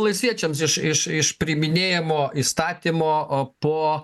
laisviečiams iš iš priiminėjamo įstatymo po